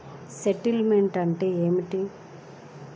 Statement అంటే ఏమిటి?